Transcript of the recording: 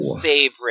favorite